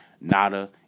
nada